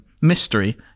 Mystery